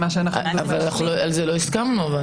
על זה לא הסכמנו.